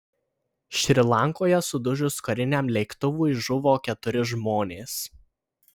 šri lankoje sudužus kariniam lėktuvui žuvo keturi žmonės